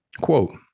Quote